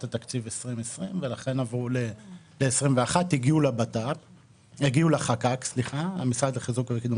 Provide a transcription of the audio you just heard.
התקציב 2020 ולכן עברו ל-2021 והגיעו למשרד לחיזוק וקידום